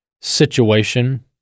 situation